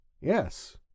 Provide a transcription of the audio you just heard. Yes